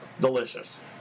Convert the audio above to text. Delicious